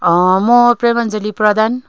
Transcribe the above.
म प्रेमान्जली प्रधान